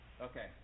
Okay